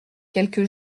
quelque